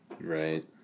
Right